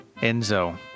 Enzo